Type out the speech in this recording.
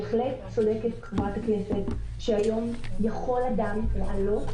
בהחלט צודקת חברת הכנסת שהיום יכול אדם לעלות